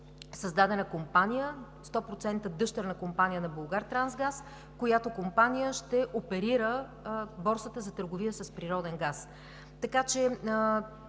създадена компания, сто процента дъщерна компания на „Булгартрансгаз“, която компания ще оперира борсата за търговия с природен газ.